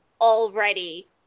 already